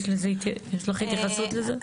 יש לזה, יש לך התייחסות לזה?